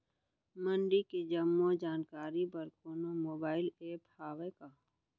मंडी के जम्मो जानकारी बर कोनो मोबाइल ऐप्प हवय का?